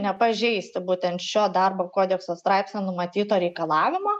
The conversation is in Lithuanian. nepažeisti būtent šio darbo kodekso straipsnyje numatyto reikalavimo